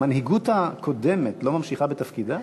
המנהיגות הקודמת לא ממשיכה בתפקידה?